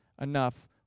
enough